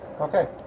Okay